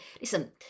Listen